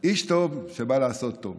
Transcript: איש טוב שבא לעשות טוב